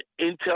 intel